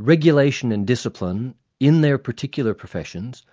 regulation and discipline in their particular professions,